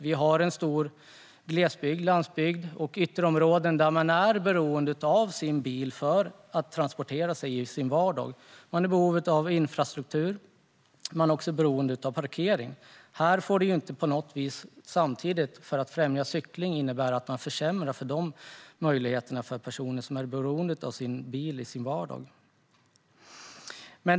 Vi har en stor glesbygd, landsbygd och ytterområden där man är beroende av bil för att transportera sig i sin vardag. Man är beroende av infrastruktur och av parkeringsmöjligheter. För att främja cykling får det samtidigt inte försämra för personer som är beroende av sin bil.